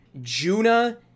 Juna